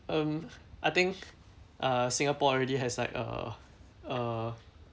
um I think uh singapore already has like uh uh